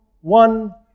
one